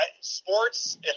sports